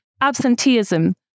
Absenteeism